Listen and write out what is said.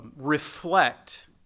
reflect